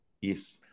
Yes